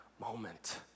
moment